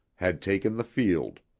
had taken the field.